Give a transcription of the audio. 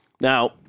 Now